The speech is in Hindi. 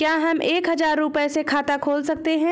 क्या हम एक हजार रुपये से खाता खोल सकते हैं?